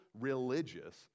religious